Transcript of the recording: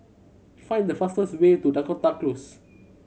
find the fastest way to Dakota Close